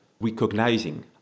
recognizing